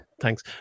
Thanks